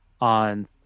on